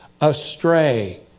Astray